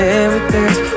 everything's